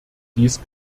dies